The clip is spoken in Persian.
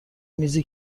میزی